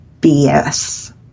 BS